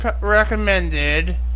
recommended